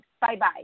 Bye-bye